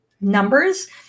numbers